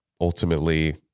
ultimately